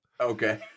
Okay